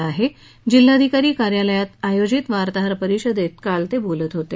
ते काल जिल्हाधिकारी कार्यालयात आयोजित वार्ताहर परिषदेत ते बोलत होते